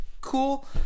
Cool